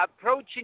approaching